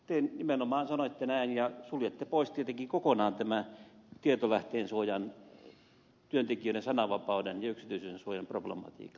te nimenomaan sanoitte näin ja suljette pois tietenkin kokonaan tietolähteensuojan työntekijöiden sananvapauden ja yksityisyyden suojan problematiikan